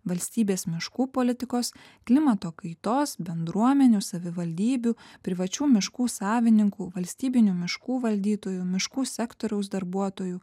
valstybės miškų politikos klimato kaitos bendruomenių savivaldybių privačių miškų savininkų valstybinių miškų valdytojų miškų sektoriaus darbuotojų